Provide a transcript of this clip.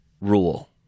rule